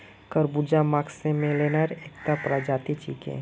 खरबूजा मस्कमेलनेर एकता प्रजाति छिके